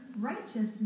righteousness